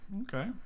Okay